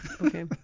Okay